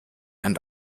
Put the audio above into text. and